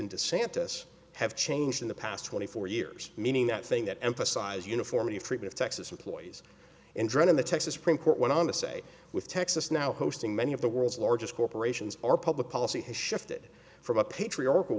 into santas have changed in the past twenty four years meaning that thing that emphasize uniformity of treatment texas employees and dread of the texas supreme court went on to say with texas now hosting many of the world's largest corporations our public policy has shifted from a patriarchal